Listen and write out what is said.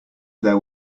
there